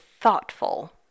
thoughtful